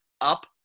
Up